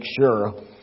sure